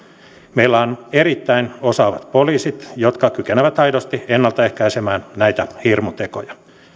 meillä on erittäin osaavat poliisit jotka kykenevät aidosti ennalta ehkäisemään näitä hirmutekoja